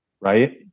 right